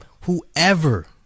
whoever